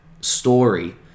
story